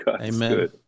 Amen